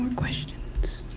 um questions?